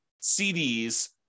CDs